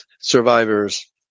survivors